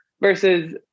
versus